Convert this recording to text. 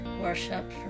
worship